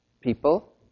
people